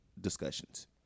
discussions